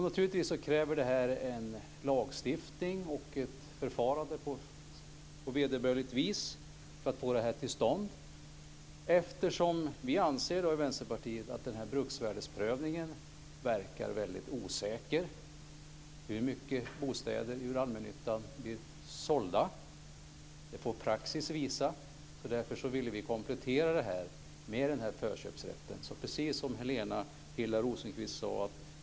Naturligtvis krävs en lagstiftning och ett förfarande på vederbörligt vis för att få det till stånd. Vänsterpartiet anser att bruksvärdesprövningen verkar väldigt osäker. Hur många bostäder ur allmännyttan som blir sålda får praxis visa. Därför ville vi komplettera det med förköpsrätten. Det är precis som Helena Hillar Rosenqvist sade.